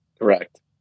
Correct